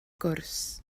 gwrs